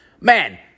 man